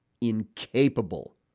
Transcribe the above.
incapable